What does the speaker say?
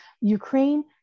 Ukraine